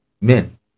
men